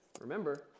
Remember